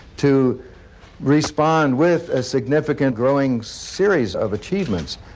to respond with a significant growing series of achievements.